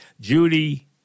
Judy